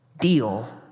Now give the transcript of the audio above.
deal